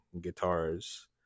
guitars